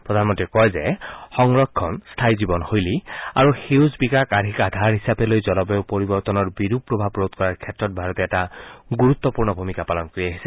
প্ৰধানমন্ত্ৰীয়ে কয় যে সংৰক্ষণ স্থায়ী জীৱনশৈলী আৰু সেউজ বিকাশ আৰ্হিক আধাৰ হিচাপে লৈ জলবায়ু পৰিৱৰ্তনৰ বিৰূপ প্ৰভাৱ ৰোধ কৰাৰ ক্ষেত্ৰত ভাৰতে এটা গুৰুত্বপূৰ্ণ ভূমিকা গ্ৰহণ কৰি আহিছে